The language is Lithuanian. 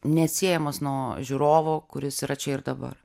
neatsiejamas nuo žiūrovo kuris yra čia ir dabar